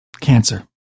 cancer